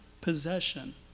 possession